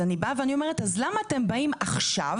אז אני אומרת למה אתם באים עכשיו,